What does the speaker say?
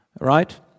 right